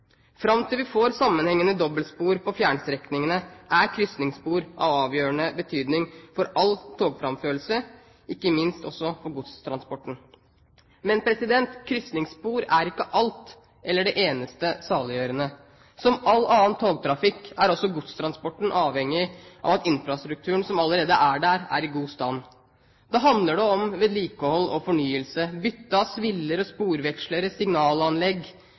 Fram til vi får sammenhengende dobbeltspor på fjernstrekningene, er krysningsspor av avgjørende betydning for all togframførelse, ikke minst også for godstransporten. Men krysningsspor er ikke alt eller det eneste saliggjørende. Som all annen togtrafikk er også godstransporten avhengig av at infrastrukturen som allerede er der, er i god stand. Da handler det om vedlikehold og fornyelse og bytte av sviller og sporvekslere, signalanlegg